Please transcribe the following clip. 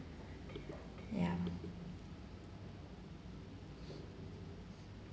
ya